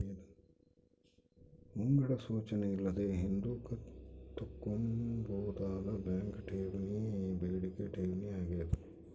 ಮುಂಗಡ ಸೂಚನೆ ಇಲ್ಲದೆ ಹಿಂದುಕ್ ತಕ್ಕಂಬೋದಾದ ಬ್ಯಾಂಕ್ ಠೇವಣಿಯೇ ಈ ಬೇಡಿಕೆ ಠೇವಣಿ ಆಗ್ಯಾದ